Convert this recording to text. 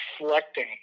reflecting